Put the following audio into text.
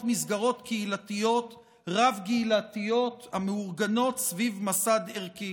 מסגרות קהילתיות רב-גילאיות שמאורגנות סביב מסד ערכי.